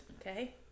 Okay